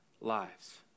lives